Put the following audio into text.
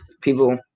People